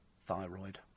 thyroid